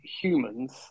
humans